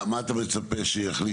מה אתה מצפה שיחליטו?